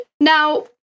Now